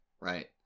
Right